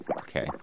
Okay